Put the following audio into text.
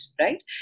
right